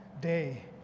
day